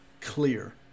clear